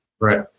Right